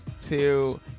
Two